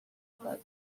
but